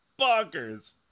bonkers